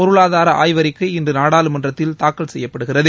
பொருளாதார ஆய்வறிக்கை இன்று நாடாளுமன்றத்தில் தாக்கல் செய்யப்படுகிறது